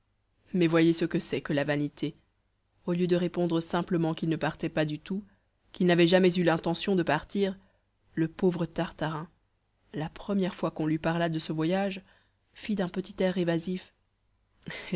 mais voyez ce que c'est que la vanité au lieu de répondre simplement qu'il ne partait pas du tout qu'il n'avait jamais eu l'intention de partir le pauvre tartarin la première fois qu'on lui parla de ce voyage fit d'un petit air évasif